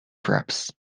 props